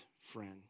friend